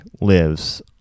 lives